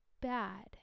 bad